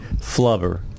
Flubber